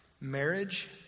marriage